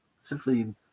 Simply